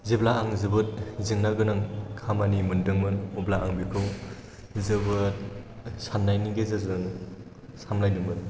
जेब्ला आं जोबोद जेंना गोनां खामानि मोनदोंमोन अब्ला आं बेखौ जोबोद साननायनि गेजेरजों सामलायदोंमोन